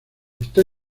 está